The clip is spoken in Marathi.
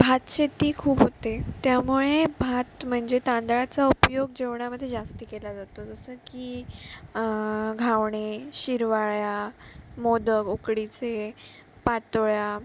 भातशेती खूप होते त्यामुळे भात म्हणजे तांदळाचा उपयोग जेवणामध्ये जास्त केला जातो जसं की घावणे शिरवाळ्या मोदक उकडीचे पातोळ्या